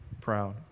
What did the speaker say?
proud